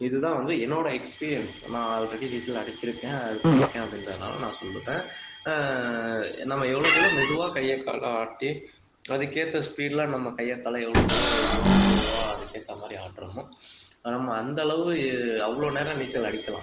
இதுதான் வந்து என்னோட எக்ஸ்பீரியன்ஸ் நான் ஆல்ரெடி நீச்சல் அடிச்சிருக்கேன் அது பண்ணியிருக்கேன் அப்படின்றதுனால் நான் சொல்லுவேன் நம்ம எவ்வளோக்கு எவ்வளோ மெதுவாக கையை காலை ஆட்டி அதுக்கேற்ற ஸ்பீடெலாம் நம்ம கையை காலை எவ்வளோக்கு எவ்வளோ இதுவாக ஸ்லோவாக அதுக்கேற்ற மாதிரி ஆட்டறோமோ நம்ம அந்தளவு அவ்வளோ நேரம் நீச்சல் அடிக்கலாம்